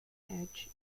edge